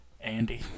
Andy